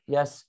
Yes